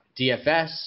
DFS